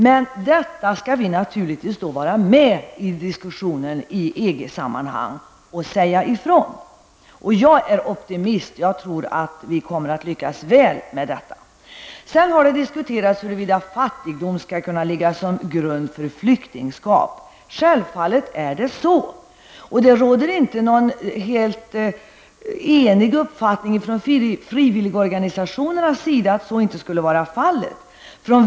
Men vi skall naturligtvis delta i diskussionerna i EG kring dessa frågor och kunna säga ifrån. Jag är optimist och tror att vi kommer att lyckas väl. Det har diskuterats huruvida fattigdom skall kunna ligga till grund för flyktingskap. Självklart skall den kunna göra det. Frivilligorganisationerna är inte eniga om att så inte skulle vara fallet.